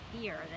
fear